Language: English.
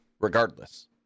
regardless